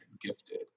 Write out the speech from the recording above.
gifted